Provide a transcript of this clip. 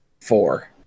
Four